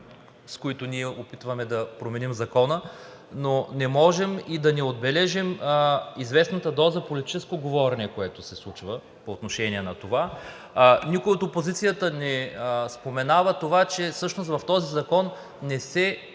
с които ние опитваме да променим Закона, но не можем и да не отбележим известната доза политическо говорене, което се случва по отношение на това. Никой от опозицията не споменава това, че всъщност в този закон не се